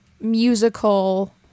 musical